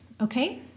Okay